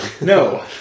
No